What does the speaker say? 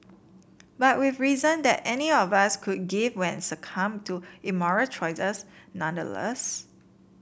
but with reason that any of us could give when succumbed to immoral choices nonetheless